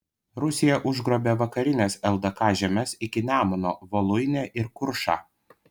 rusija užgrobė vakarines ldk žemes iki nemuno voluinę ir kuršą